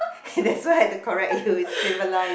that's why I have to correct you it's simulates